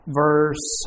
verse